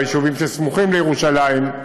ביישובים שסמוכים לירושלים,